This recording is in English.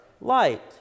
light